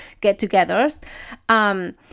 get-togethers